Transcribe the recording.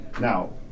Now